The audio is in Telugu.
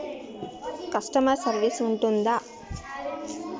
కస్టమర్ సర్వీస్ ఉంటుందా?